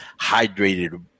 hydrated